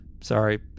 Sorry